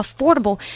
affordable